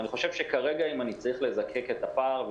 אני חושב שכרגע אם אני צריך לזקק את הפער,